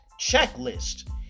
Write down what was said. checklist